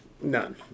None